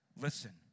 listen